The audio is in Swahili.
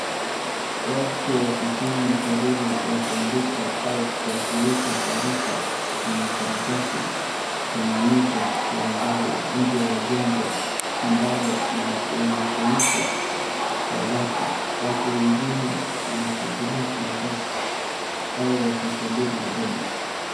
Watu wakifanya shughuli ya kuandika au kuwasilisha taarifa kwenye karatasi kwenye meza ya mbao nje ya jengo ambalo linafunikwa kwa bati. Watu wengine wanashikilia karatasi au wakisubiri huduma.